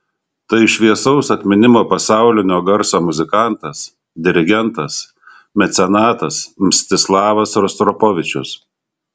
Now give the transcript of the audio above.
tai šviesaus atminimo pasaulinio garso muzikantas dirigentas mecenatas mstislavas rostropovičius